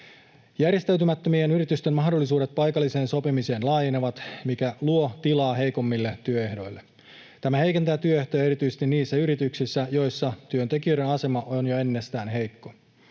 Järjestäytymättömien yritysten mahdollisuudet paikalliseen sopimiseen laajenevat, mikä luo tilaa heikommille työehdoille. Tämä heikentää työehtoja erityisesti niissä yrityksissä, joissa työntekijöiden asema on jo ennestään heikko.